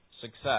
success